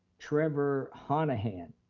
trevor honohan,